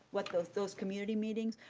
what those those community meetings,